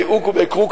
by hook or by crook,